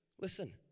listen